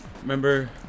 remember